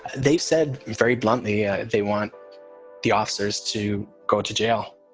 they've said very bluntly. yeah they want the officers to go to jail.